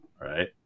right